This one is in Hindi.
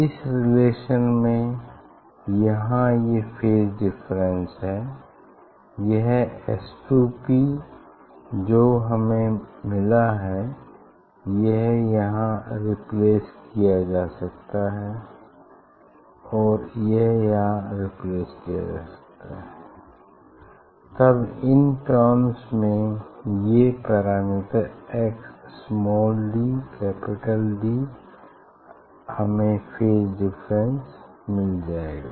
इस रिलेशन में यहाँ ये फेज डिफरेंस है यह S2P जो हमें मिला है यह यहाँ रिप्लेस किया जा सकता है यह यहाँ रिप्लेस किया जा सकता है तब इन टर्म्स में ये parameter x small D capital D हमें फेज डिफरेंस मिल जाएगा